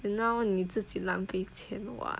then now 你自己浪费钱 [what]